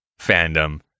fandom